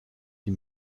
die